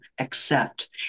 accept